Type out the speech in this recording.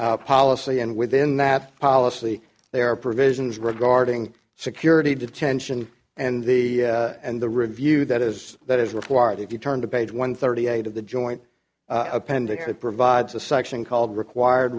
unit policy and within that policy there are provisions regarding security detention and the and the review that is that is required if you turn to page one thirty eight of the joint appendix it provides a section called required